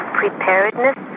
preparedness